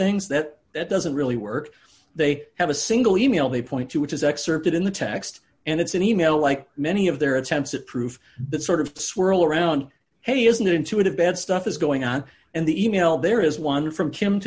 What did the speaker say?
things that it doesn't really work they have a single email they point to which is excerpted in the text and it's an email like many of their attempts at proof that sort of swirl around hey isn't it intuitive bad stuff is going on and the e mail there is one from kim